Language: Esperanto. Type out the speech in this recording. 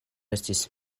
estis